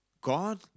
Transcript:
God